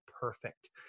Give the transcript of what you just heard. perfect